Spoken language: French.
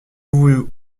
vous